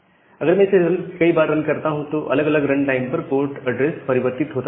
अगर मैं इसे कई बार रन करता हूं तो अलग अलग रन टाइम पर पोर्ट ऐड्रेस परिवर्तित होता रहता है